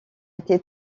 été